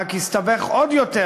ורק יסתבך עוד יותר,